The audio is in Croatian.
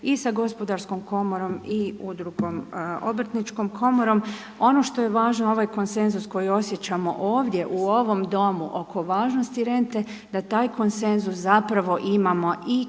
i sa Gospodarskom komorom i udrugom Obrtničkom komorom. Ono što je važno ovaj konsenzus koji osjećamo ovdje u ovom Domu oko važnosti rente, da taj konsenzus zapravo imamo i